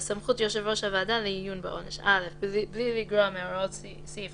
התש"ף 2020 סמכות יושב ראש הוועדה לעיון בעונש בלי לגרוע מהוראות סעיף